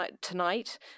tonight